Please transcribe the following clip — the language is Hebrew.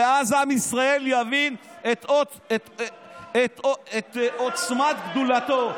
ואז עם ישראל יבין את עוצמת גדולתו.